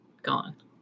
gone